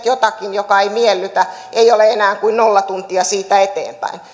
jotakin mikä ei miellytä ei ole enää kuin nollatunteja siitä eteenpäin